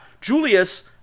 Julius